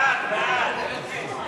הצעת הסיכום